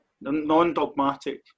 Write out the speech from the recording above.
non-dogmatic